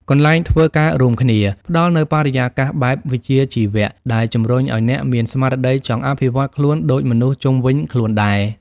កន្លែងធ្វើការរួមគ្នា ផ្ដល់នូវបរិយាកាសបែបវិជ្ជាជីវៈ ដែលជំរុញឱ្យអ្នកមានស្មារតីចង់អភិវឌ្ឍខ្លួនដូចមនុស្សជុំវិញខ្លួនដែរ។